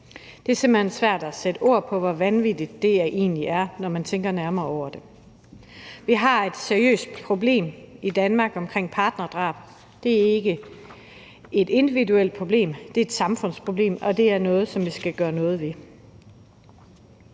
Det er simpelt svært at sætte ord på, hvor vanvittigt det egentlig er, når man tænker nærmere over det. Vi har et seriøst problem i Danmark omkring partnerdrab. Det er ikke et individuelt problem, det er et samfundsproblem, og det er noget, som vi skal gøre noget ved.